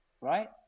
right